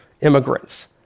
immigrants